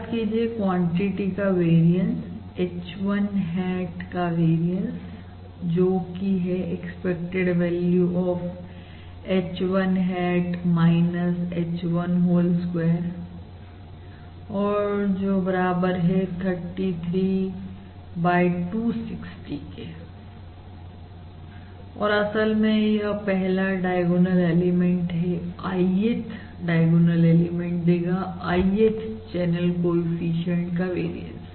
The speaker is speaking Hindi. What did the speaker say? याद कीजिए क्वांटिटी का वेरियंस h 1 hat का वेरियंस जोकि है expected value of h 1 hat h1 whole square जो बराबर है 33260 के और असल में यह पहला डायगोनल एलिमेंट है Ith डायगोनल एलिमेंट देगा Ith चैनल कोएफिशिएंट का वेरियंस